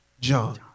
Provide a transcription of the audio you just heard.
John